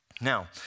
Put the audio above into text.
Now